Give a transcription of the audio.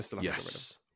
Yes